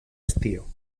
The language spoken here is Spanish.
estío